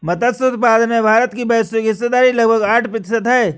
मत्स्य उत्पादन में भारत की वैश्विक हिस्सेदारी लगभग आठ प्रतिशत है